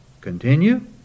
Continue